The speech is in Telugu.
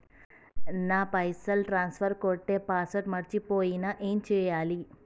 నా పైసల్ ట్రాన్స్ఫర్ కొట్టే పాస్వర్డ్ మర్చిపోయిన ఏం చేయాలి?